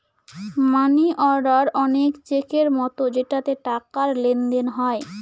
মানি order অনেক চেকের মতো যেটাতে টাকার লেনদেন হয়